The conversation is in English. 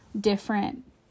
different